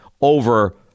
over